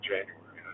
January